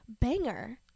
banger